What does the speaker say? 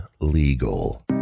legal